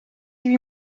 huit